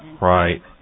right